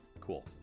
cool